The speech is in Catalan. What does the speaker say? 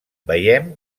veiem